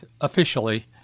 officially